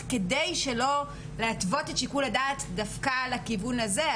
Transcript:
כדי שלא להתוות את שיקול הדעת דווקא לכיוון הזה,